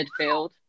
midfield